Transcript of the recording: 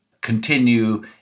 continue